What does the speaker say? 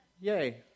Yay